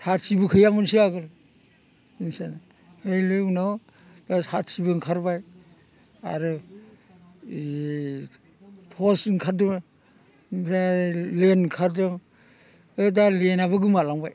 साथिबो गैयामोनसो आगोल मोनसाय ओइलै उनाव दा साथिबो ओंखारबाय आरो टर्स ओंखादोङो ओमफ्राय लेम्प ओंखारदों ओ दा लेमाबो गोमालांबाय